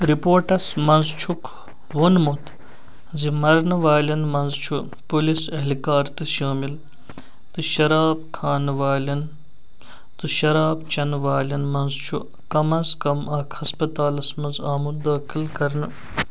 رپورٹَس منٛز چھُکھ وونمُت زِ مرنہٕ والٮ۪ن منٛز چھِ پُلیٖس اہلکار تہِ شٲمِل تہٕ شراب کھانہٕ والٮ۪ن تہٕ شراب چیٚنہٕ والین منٛز چھُ کم از کم اکھ ہسپتالَس منٛز آمُت دٲخٕل کرنہٕ